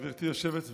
גברתי היושבת בראש,